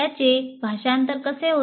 त्याचे भाषांतर कसे होते